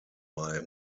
bei